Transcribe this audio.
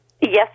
Yes